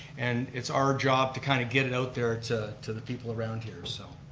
and it's our job to kind of get it out there to to the people around here. so